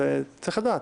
צריך לדעת.